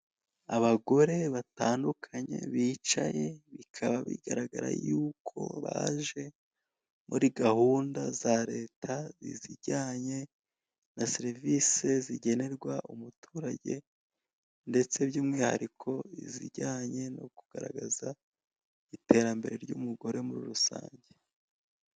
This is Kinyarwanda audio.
Abagore batandukanye bicaye bikaba bigaragara yuko baje muri gahunda za leta zijyanye na serivise zigenerwa umuturage, ndetse by'umwihariko izijyanye no kugaragaza iterambere ry'umugore muri rusange.